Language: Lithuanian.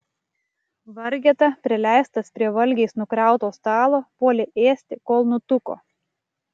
vargeta prileistas prie valgiais nukrauto stalo puolė ėsti kol nutuko